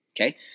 Okay